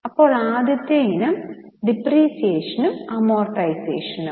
അപ്പോൾ ആദ്യത്തെ ഇനം ഡിപ്രീസിയേഷനും അമോർടൈസേഷനും